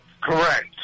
Correct